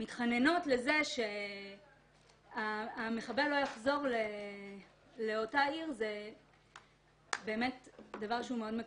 מתחננות שהמחבל לא יחזור לאותה עיר זה דבר שמאוד מקומם.